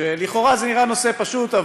ולכאורה זה נראה נושא פשוט,